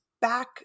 back